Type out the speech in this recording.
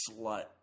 slut